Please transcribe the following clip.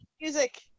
Music